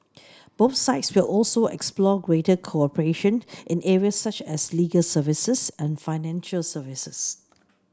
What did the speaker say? both sides will also explore greater cooperation in areas such as legal services and financial services